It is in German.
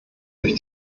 durch